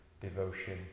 devotion